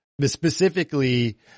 specifically